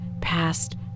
past